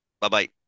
Bye-bye